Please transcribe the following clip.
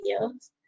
videos